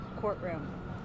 courtroom